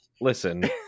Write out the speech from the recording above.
Listen